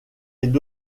est